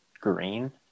green